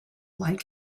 like